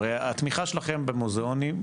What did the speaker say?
הרי התמיכה שלכם במוזיאונים,